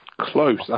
close